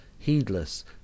HEEDLESS